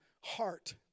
heart